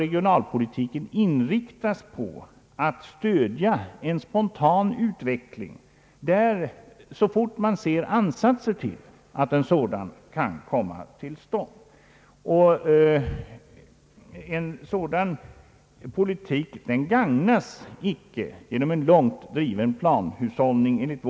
Regionalpolitiken bör inriktas på att stödja en spontan utveckling så fort man ser ansatser till att en sådan kan komma till stånd. Enligt vår mening gagnas icke en sådan politik genom en långt driven planhushållning.